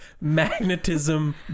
magnetism